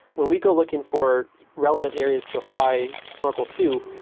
when we go looking for relevant areas to apply snorkel to,